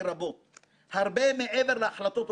תודה מקרב לב לעורכת הדין נעמה דניאל